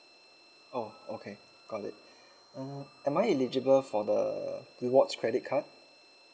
oh okay got it mm am I eligible for the rewards credit card